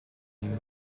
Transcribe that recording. name